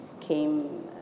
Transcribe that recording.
came